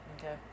Okay